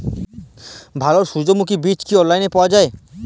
ভালো সূর্যমুখির বীজ কি অনলাইনে পাওয়া যায়?